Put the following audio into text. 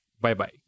Bye-bye